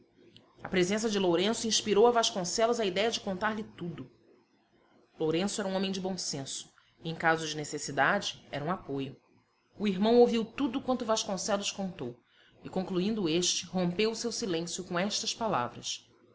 a presença de lourenço inspirou a vasconcelos a idéia de contar-lhe tudo lourenço era um homem de bom senso e em caso de necessidade era um apoio o irmão ouviu tudo quanto vasconcelos contou e concluindo este rompeu o seu silêncio com estas palavras